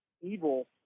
evil